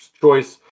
choice